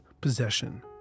possession